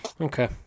Okay